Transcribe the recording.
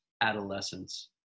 adolescence